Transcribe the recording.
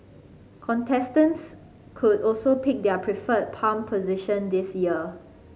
contestants could also pick their preferred palm position this year